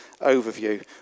overview